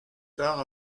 tard